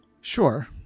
Sure